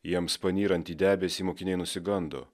jiems panyrant į debesį mokiniai nusigando